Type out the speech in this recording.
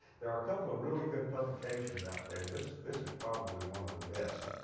there are a couple of really good publications out there. this this is probably one of the best.